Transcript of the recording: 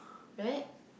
right